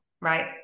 right